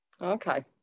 Okay